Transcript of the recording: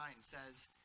says